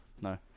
No